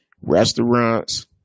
restaurants